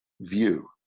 view